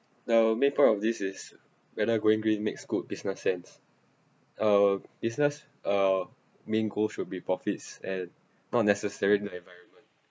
the main point of this is whether going green makes good business sense uh business uh main goal should be profits and not necessarily environment